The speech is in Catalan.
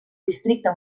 districte